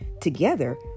Together